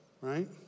right